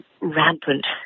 rampant